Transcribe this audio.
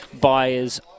buyers